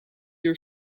your